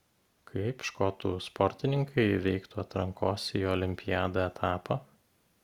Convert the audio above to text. kaip škotų sportininkai įveiktų atrankos į olimpiadą etapą